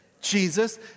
Jesus